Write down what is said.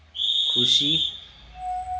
खुसी